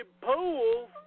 pools